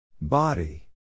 body